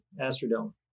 Astrodome